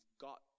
got